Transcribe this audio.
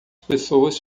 pessoas